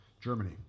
Germany